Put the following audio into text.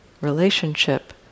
relationship